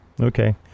Okay